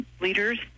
leaders